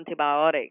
antibiotic